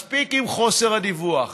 מספיק עם חוסר הדיווח הזה,